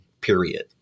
period